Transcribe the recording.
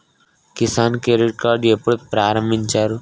Kisan credit card ఎప్పుడు ప్రారంభించారు?